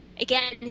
again